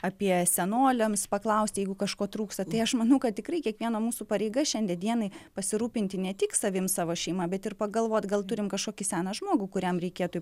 apie senoliams paklausti jeigu kažko trūksta tai aš manau kad tikrai kiekvieno mūsų pareiga šiandie dienai pasirūpinti ne tik savim savo šeima bet ir pagalvot gal turim kažkokį seną žmogų kuriam reikėtų į